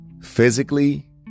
physically